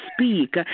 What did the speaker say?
speak